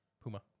puma